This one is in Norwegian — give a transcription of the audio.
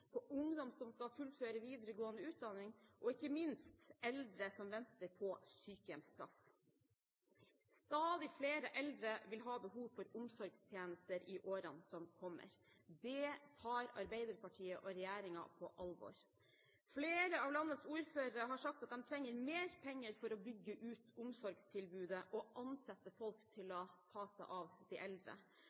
på ungdom som skal fullføre videregående utdanning og ikke minst på eldre som venter på sykehjemsplass. Stadig flere eldre vil ha behov for omsorgstjenester i årene som kommer. Det tar Arbeiderpartiet og regjeringen på alvor. Flere av landets ordførere har sagt at de trenger mer penger for å bygge ut omsorgstilbudet og for å ansette folk til å ta seg av de eldre.